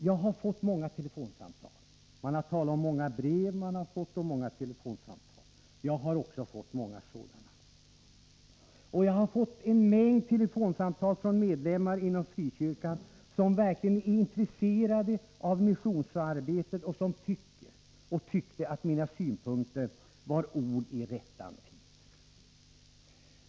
Man har här talat om de många brev och telefonsamtal som man har fått. Jag har också fått många sådana. Jag har fått en mängd telefonsamtal från medlemmar inom frikyrkan som verkligen är intresserade av missionsarbetet och som tyckte och tycker att mina synpunkter var ord i rättan tid.